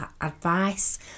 advice